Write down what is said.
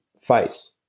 face